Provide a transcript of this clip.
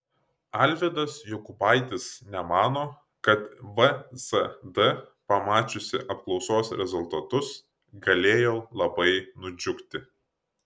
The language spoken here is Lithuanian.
alvydas jokubaitis nemano kad vsd pamačiusi apklausos rezultatus galėjo labai nudžiugti